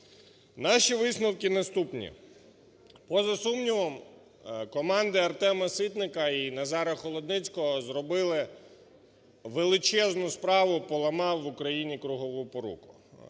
Наші висновки наступні. Поза сумнівом команди Артема Ситника і Назара Холодницького зробили величезну справу, поламавши в Україні кругову поруку.